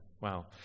wow